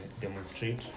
demonstrate